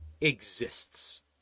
exists